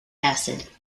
acid